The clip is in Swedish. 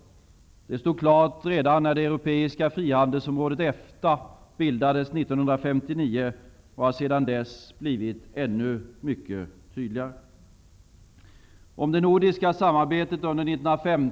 Det stod klart redan när det europeiska frihandelsområdet EFTA bildades 1959 och har sedan dess blivit ännu mycket tydligare.